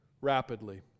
rapidly